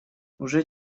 уже